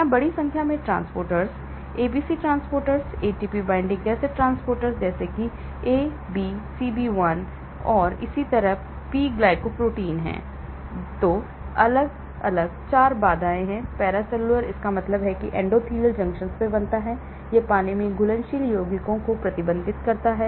यहां बड़ी संख्या में transporter ABC transporter ATP binding cassette transporters जैसे एबीसीबी 1 और इसी तरह p glycoprotein तो 4 अलग अलग बाधाएं हैं पैरासेल्युलर इसका मतलब है कि यह एंडोथेलियल जंक्शनों पर बनता है यह पानी में घुलनशील यौगिकों को प्रतिबंधित करता है